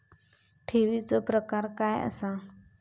ठेवीचो प्रकार काय असा?